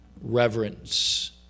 reverence